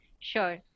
Sure